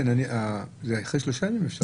אפשר אחרי שלושה ימים.